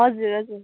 हजुर हजुर